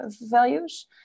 values